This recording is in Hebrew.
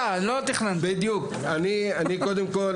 קודם כול,